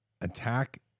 attack